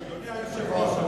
אדוני היושב-ראש,